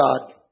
God